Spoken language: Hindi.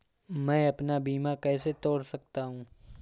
मैं अपना बीमा कैसे तोड़ सकता हूँ?